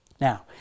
Now